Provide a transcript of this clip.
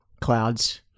clouds